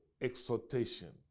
exhortation